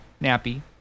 nappy